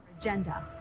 agenda